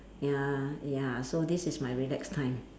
ya ya so this is my relax time